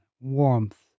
warmth